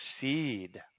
seed